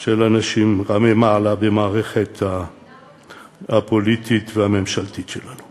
של אנשים רמי-מעלה במערכת הפוליטית והממשלתית שלנו.